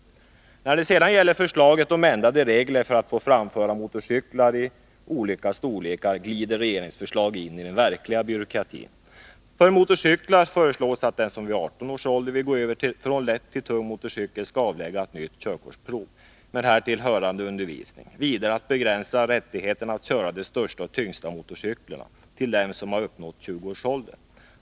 När det sedan gäller förslaget om ändrade regler för att få framföra motorcyklar i olika storlekar glider regeringsförslaget in i den verkliga byråkratin. Här föreslås att den som vid 18 års ålder vill gå över från lätt till tung motorcykel skall avlägga nytt körkortsprov med därtill hörande undervisning. Vidare begränsas rättigheten att köra de största och tyngsta motorcyklarna till dem som har uppnått 20 års ålder.